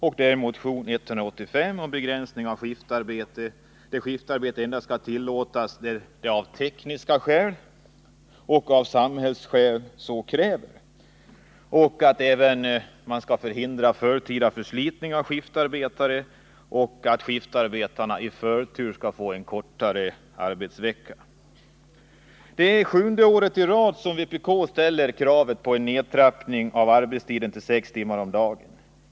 Det är slutligen motion 185 om begränsning av skiftarbete. Vi yrkar att skiftarbete skall tillåtas endast där tekniska skäl och samhällsskäl så kräver. Vi kräver också att förtida förslitning av skiftarbetare skall förhindras och att skiftarbetarna med förtur skall få kortare arbetsvecka. Det är nu sjunde året i rad som vpk ställer kravet på en nedtrappning av arbetstiden till sex timmar om dagen.